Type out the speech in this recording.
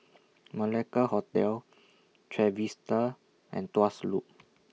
Malacca Hotel Trevista and Tuas Loop